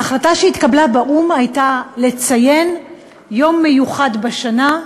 ההחלטה שהתקבלה באו"ם הייתה לציין יום מיוחד בשנה: